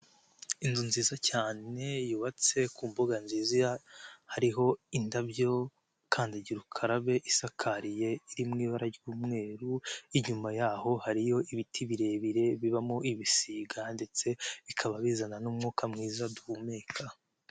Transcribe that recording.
Inzu nziza cyane yubatse ku mbuga nziza hariho indabyo, kandagira ukarabe isakaye iri mu ibara ry'umweru, inyuma yaho hariho hariyo ibiti birebire bibamo ibisiga ndetse bikaba bizana n'umwuka mwiza duhumeka.